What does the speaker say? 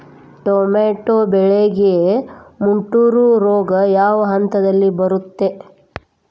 Tomato ಬೆಳೆಗೆ ಮುಟೂರು ರೋಗ ಯಾವ ಹಂತದಲ್ಲಿ ಬರುತ್ತೆ?